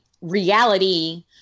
reality